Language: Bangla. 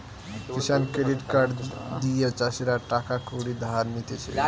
কিষান ক্রেডিট কার্ড দিয়ে চাষীরা টাকা কড়ি ধার নিতেছে